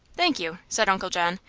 thank you, said uncle john.